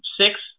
six